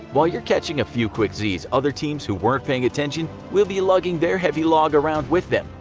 while you're catching a few quick z's, other teams who weren't paying attention will be lugging their heavy log around with them,